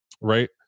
Right